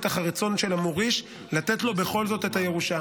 אחר הרצון של המוריש לתת לו בכל זאת הירושה.